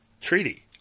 treaty